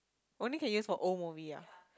only can use for old movie ah